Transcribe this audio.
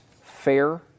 fair